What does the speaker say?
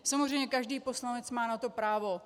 Samozřejmě každý poslanec má na to právo.